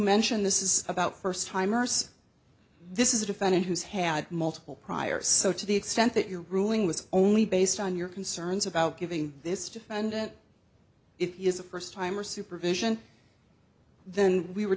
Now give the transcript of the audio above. mentioned this is about first timers this is a defendant who's had multiple priors so to the extent that you are ruling with only based on your concerns about giving this defendant it is a first timer supervision then we were